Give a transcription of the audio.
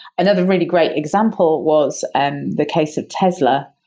another really great example was and the case of tesla,